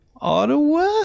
Ottawa